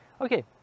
Okay